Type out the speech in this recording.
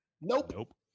Nope